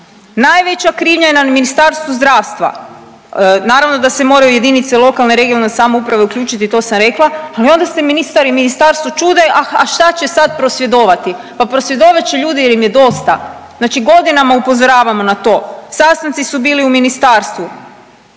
Najveća krivnja je na Ministarstvu zdravstva, naravno da se moraju jedinice lokalne i regionalne samouprave uključiti to sam rekla, ali onda se ministar i ministarstvo čude ah, a šta će sad prosvjedovati. Pa prosvjedovat će ljudi jer im je dosta, znači godinama upozoravamo na to. Sastanci su bili u ministarstvu